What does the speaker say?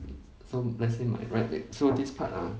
so let's say my right leg so this part ah